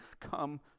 come